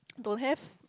don't have